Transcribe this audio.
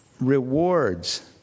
rewards